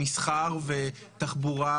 מסחר ותעשייה,